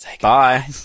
Bye